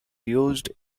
used